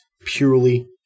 purely